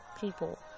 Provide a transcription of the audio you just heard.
people